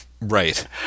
Right